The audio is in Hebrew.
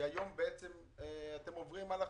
כי היום בעצם אתם עוברים על חוק-היסוד,